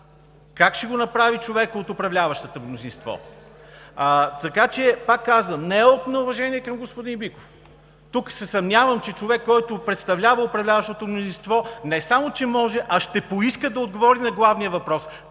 Как ще го направи човек от управляващото мнозинство? (Шум и реплики от ГЕРБ.) Така че, пак казвам, не е от неуважение към господин Биков. Тук се съмнявам, че човек, който представлява управляващото мнозинство, не само че може, а ще поиска да отговори на главния въпрос: